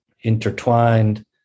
intertwined